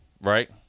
right